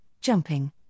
jumping